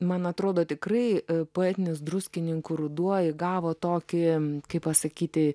man atrodo tikrai poetinis druskininkų ruduo įgavo tokį kaip pasakyti